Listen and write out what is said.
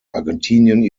argentinien